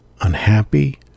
unhappy